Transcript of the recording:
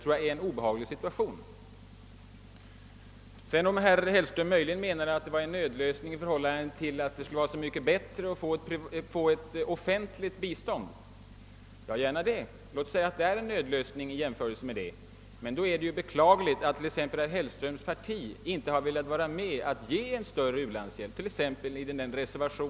Herr Hellström menade kanske att privata investeringar var en nödlösning i förhållande till alternativet att få ett offentligt bistånd. Ja, gärna det. Låt oss säga att det är en nödlösning, men då är det beklagligt att herr Hellströms parti inte har velat vara med om att ge en större u-landshjälp och onödiggöra sämre alternativ.